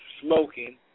smoking